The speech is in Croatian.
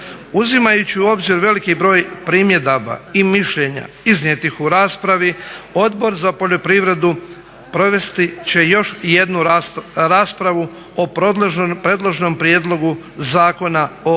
Uzimajući u obzir veliki broj primjedaba i mišljenja iznijetih u raspravu, Odbor za poljoprivredu provesti će još jednu raspravu o predloženom Prijedlogu zakona o